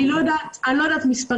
אני לא יודעת מספרים.